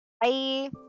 Bye